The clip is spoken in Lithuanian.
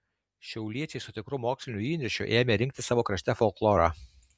šiauliečiai su tikru moksliniu įniršiu ėmė rinkti savo krašte folklorą